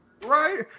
Right